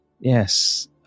yes